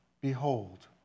behold